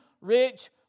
rich